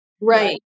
Right